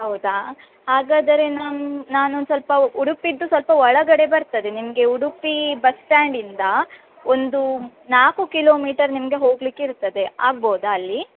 ಹೌದ ಹಾಗಾದರೆ ನಾನು ನಾನು ಒಂದ್ ಸ್ವಲ್ಪ ಉಡುಪಿಯದ್ದು ಸೊಲ್ಪ ಒಳಗಡೆ ಬರ್ತದೆ ನಿಮ್ಗೆ ಉಡುಪಿ ಬಸ್ ಸ್ಟಾಂಡ್ ಇಂದ ಒಂದು ನಾಲ್ಕು ಕಿಲೋಮೀಟರ್ ನಿಮಗೆ ಹೋಗ್ಲಿಕ್ಕೆ ಇರ್ತದೆ ಆಗ್ಬೋದ ಅಲ್ಲಿ